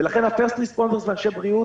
ולכן ה-First responders ואנשי הבריאות